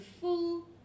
full